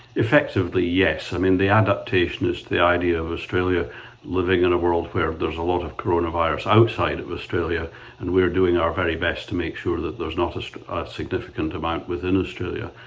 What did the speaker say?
effectively, yes. i mean the adaptation is the idea of australia living in a world where there's a lot of coronavirus outside of australia and we're doing our very best to make sure that there's not a significant amount within australia.